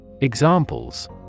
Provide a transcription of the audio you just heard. Examples